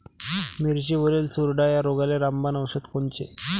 मिरचीवरील चुरडा या रोगाले रामबाण औषध कोनचे?